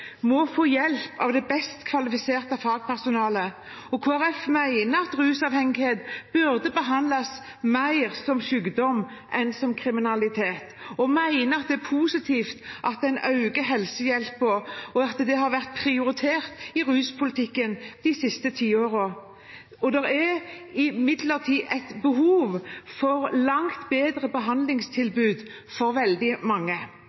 må få hjelp av det best kvalifiserte fagpersonalet. Kristelig Folkeparti mener at rusavhengighet burde behandles mer som sykdom enn som kriminalitet. Vi mener at det er positivt at en øker helsehjelpen, og at det har vært prioritert i ruspolitikken de siste tiårene. Det er imidlertid behov for langt bedre behandlingstilbud for veldig mange.